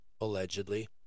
allegedly